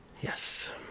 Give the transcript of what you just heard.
Yes